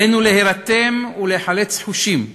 עלינו להירתם ולהיחלץ חושים,